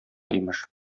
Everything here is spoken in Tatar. имеш